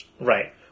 Right